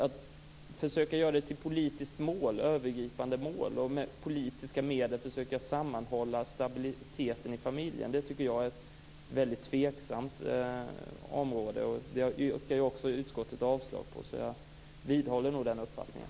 Att försöka göra kärnfamiljen till ett övergripande politiskt mål och med politiska medel försöka bevara stabiliteten i familjen tycker jag är väldigt tveksamt, och det yrkar också utskottet avslag på. Jag vidhåller den uppfattningen.